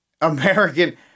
American